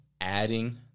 adding